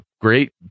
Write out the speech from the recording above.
great